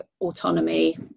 autonomy